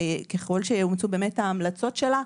וככל שיאומצו ההמלצות שלה,